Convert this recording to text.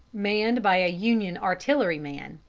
manned by a union artilleryman.